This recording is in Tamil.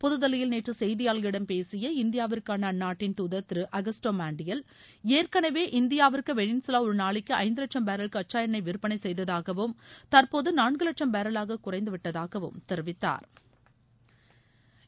புதுதில்லியில் நேற்று செய்தியாளர்களிடம் பேசிய இந்தியாவிற்கான அந்நாட்டின் தூதர் திரு அகஸ்ட்டோ மாண்டியல் ஏற்கெனவே இந்தியாவிற்கு வெனிசுலா ஒரு நாளைக்கு ஐந்து லட்சம் பேரல் கச்சா எண்ணெய் விற்பனை செய்ததாகவும் தற்போது நான்கு லட்சம் பேரலாக குறைந்துவிட்டதாகவும் தெரிவித்தாா்